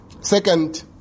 Second